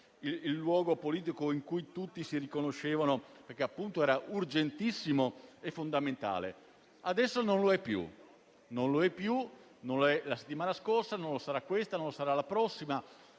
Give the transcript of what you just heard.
il tema politico su cui tutti si riconoscevano, perché era urgentissimo e fondamentale. Adesso non lo è più, non lo è stato la settimana scorsa, non lo sarà questa, non lo sarà la prossima,